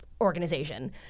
organization